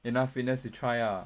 enough fitness to try lah